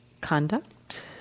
conduct